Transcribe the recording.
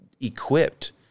equipped